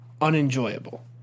unenjoyable